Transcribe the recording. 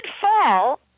fall